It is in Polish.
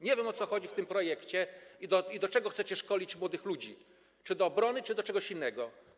Nie wiem, o co chodzi w tym projekcie i do czego chcecie szkolić młodych ludzi - czy do obrony, czy do czegoś innego.